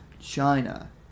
China